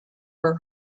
her